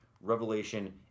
Revelation